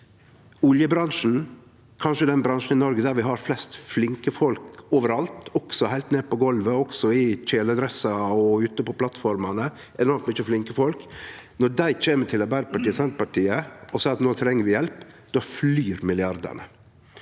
Oljebransjen er kanskje den bransjen i Noreg der vi har flest flinke folk, overalt, også heilt ned på golvet, også i kjeledressar og ute på plattformene. Vi har enormt mange flinke folk. Når dei kjem til Arbeidarpartiet og Senterpartiet og seier at no treng vi hjelp, då flyg milliardane.